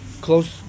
Close